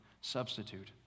substitute